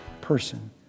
person